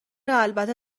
البته